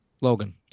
Logan